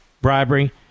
bribery